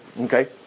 Okay